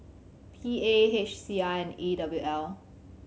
P A H C I and E W L